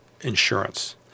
insurance